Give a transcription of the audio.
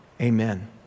amen